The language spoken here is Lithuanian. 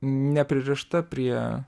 nepririšta prie